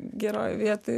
geroj vietoj